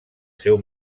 seu